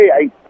hey